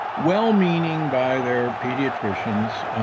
well-meaning by their pediatricians,